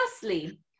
Firstly